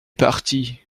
parti